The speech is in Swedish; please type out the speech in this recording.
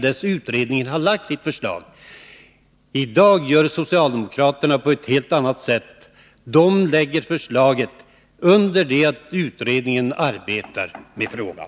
Det brukar vi vara överens om. I dag gör socialdemokraterna på ett helt annat sätt: de lägger fram förslaget under det att utredningen arbetar med frågan.